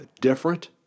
different